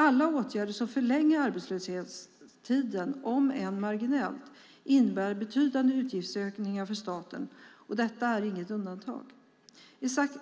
Alla åtgärder som förlänger arbetslöshetstiden, om än marginellt, innebär betydande utgiftsökningar för staten. Detta är inget undantag.